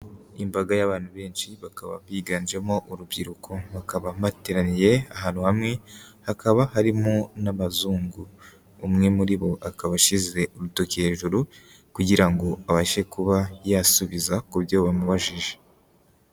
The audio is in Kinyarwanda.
Imbaga y'abantu benshi bakaba biganjemo urubyiruko, bakaba bateraniye ahantu hamwe, hakaba harimo n'abazungu, umwe muri bo akaba ashyize urutoki hejuru kugira ngo abashe kuba yasubiza ku byo bamumubajije.